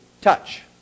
touch